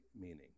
meaning